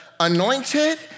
anointed